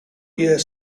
year